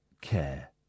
care